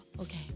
okay